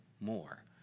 more